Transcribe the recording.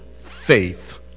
faith